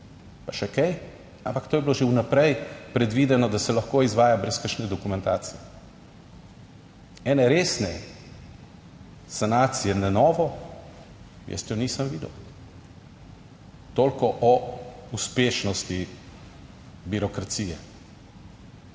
pa še kaj, ampak to je bilo že vnaprej predvideno, da se lahko izvaja brez kakšne dokumentacije. Ene resne sanacije na novo, jaz jo nisem videl. Toliko o uspešnosti birokracije.